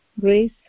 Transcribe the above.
grace